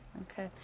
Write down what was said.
Okay